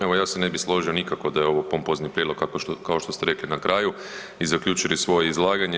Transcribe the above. Evo, ja se ne bih složio nikako da je ovo pompozni prijedlog, kao što ste rekli na kraju i zaključili svoje izlaganje.